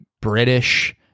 british